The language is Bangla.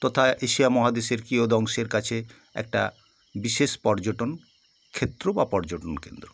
তথা এশিয়া মহাদেশের কিয়দংশের কাছে একটা বিশেষ পর্যটন ক্ষেত্র বা পর্যটন কেন্দ্র